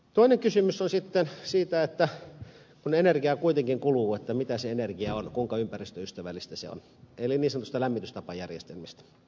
toinen kysymys on se että kun energiaa kuitenkin kuluu mitä se energia on kuinka ympäristöystävällistä se on eli niin sanotut lämmitystapajärjestelmät